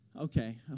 okay